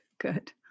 good